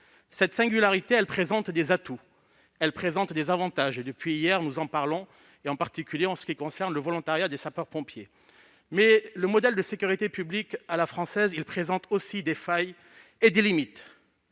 Cette singularité présente des atouts et des avantages- nous en parlons depuis hier, en particulier pour ce qui concerne le volontariat des sapeurs-pompiers. Mais le modèle de sécurité publique à la française présente aussi des failles et des limites